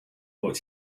what